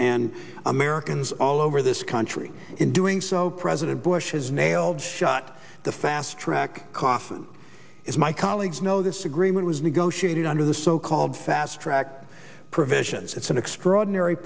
and americans all over this country in doing so president bush has nailed shut the fastrack coffin is my colleagues know this agreement was negotiated under the so called fast track provisions it's an extraordinary